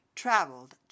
traveled